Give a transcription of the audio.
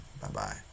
Bye-bye